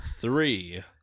Three